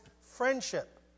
friendship